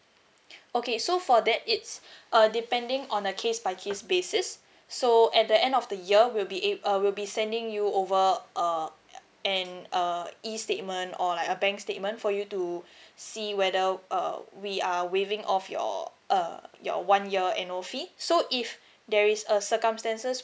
okay so for that it's uh depending on a case by case basis so at the end of the year we'll be able uh we'll be sending you over err an err E statement or like a bank statement for you to see whether uh we are waiving off your uh your one year annual fee so if there is a circumstances